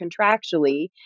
contractually